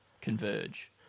converge